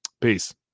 Peace